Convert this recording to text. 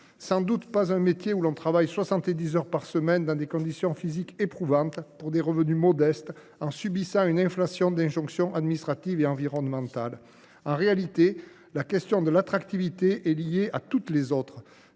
sans doute pas un métier qui suppose de travailler soixante dix heures par semaine dans des conditions physiques éprouvantes, pour des revenus modestes, en subissant une inflation d’injonctions administratives et environnementales ! En réalité, la question de l’attractivité est liée à toutes les autres